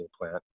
plant